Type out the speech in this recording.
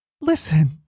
listen